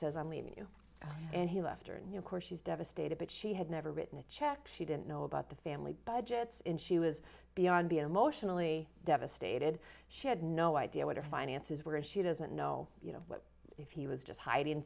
says i'm leaving you and he left her new course she's devastated but she had never written a check she didn't know about the family budgets and she was beyond be emotionally devastated she had no idea what her finances were as she doesn't know you know what if he was just hiding